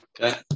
Okay